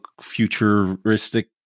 futuristic